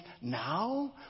now